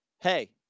Hey